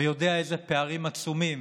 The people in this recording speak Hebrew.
ויודע איזה פערים עצומים